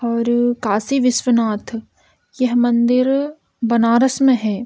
और काशी विश्वनाथ यह मंदिर बनारस में है